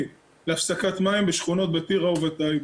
להפסקת מים בשכונות בטירה ובטייבה.